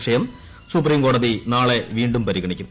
വിഷയം സുപ്രീംകോടതി ന്റാള്ളെ വീണ്ടും പരിഗണിക്കും